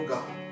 God